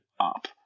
up